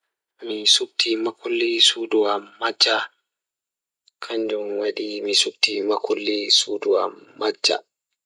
Mi supti mukulli suudu am majja So tawii miɗo waɗa jaɓde kala ngal ɗiɗi, mi waɗataa jaɓde waɗude key ɗiɗi. Ko ndee, cell phone o waawataa heɓugol njam ngal yimɓe e fowru ngam sabu mi waawataa waɗude ngal njiddaade goɗɗo.